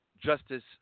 Justice